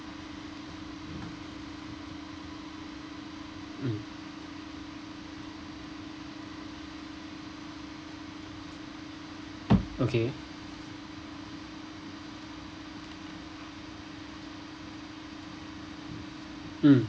mm okay mm